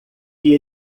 que